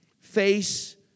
face